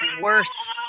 worse